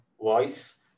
voice